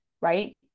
right